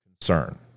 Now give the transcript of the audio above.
concern